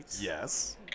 yes